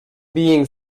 being